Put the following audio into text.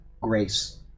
grace